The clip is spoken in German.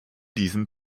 diesen